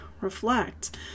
reflect